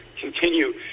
continue